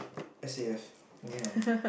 S_A_F moving on